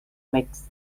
mix